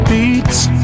Beats